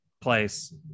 place